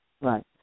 Right